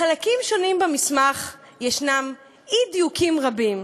בחלקים שונים במסמך יש אי-דיוקים רבים.